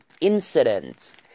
incident